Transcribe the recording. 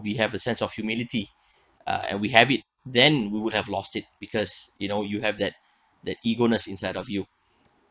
we have a sense of humility uh and we have it then we would have lost it because you know you have that that eagerness inside of you